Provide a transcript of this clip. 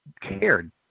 cared